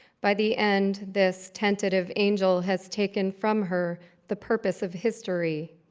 by the end, this tentative angel has taken from her the purpose of history,